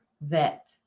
vet